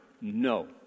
No